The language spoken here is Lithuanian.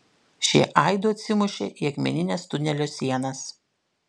šie aidu atsimušė į akmenines tunelio sienas